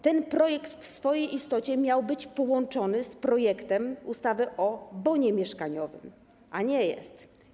Ten projekt w swojej istocie miał być połączony z projektem ustawy o bonie mieszkaniowym, a nie jest.